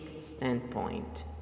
standpoint